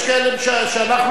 יש כאלה שאנחנו,